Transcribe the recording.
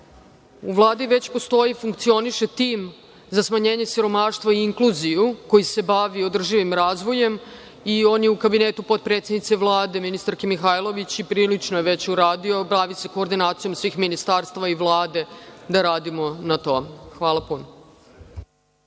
u Vladi već postoji i funkcioniše tim za smanjenje siromaštva i inkluziju koji se bavi održivim razvojem i on je u kabinetu potpredsednice Vlade, ministarke Mihajlović, i prilično je već uradio. Bavi se koordinacijom svih ministarstava i Vlade da radimo na tome. Hvala puno.